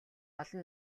олон